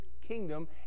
kingdom